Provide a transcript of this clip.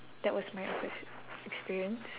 that was my awkward sit~ experience